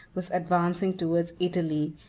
was advancing towards italy,